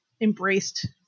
embraced